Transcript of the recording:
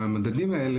מהמדדים האלה,